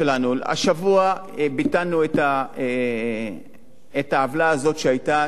השבוע ביטלנו את העוולה הזאת שהיתה שאדם